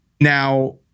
Now